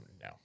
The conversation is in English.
No